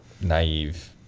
naive